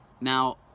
now